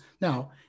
now